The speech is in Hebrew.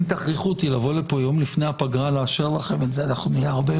אני מבקש להזמין